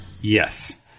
yes